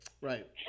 Right